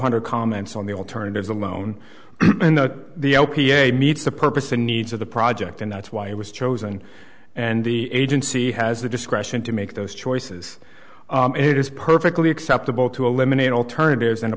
hundred comments on the alternatives alone and the opi a meets the purpose and needs of the project and that's why it was chosen and the agency has the discretion to make those choices it is perfectly acceptable to eliminate alternatives and a